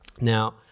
Now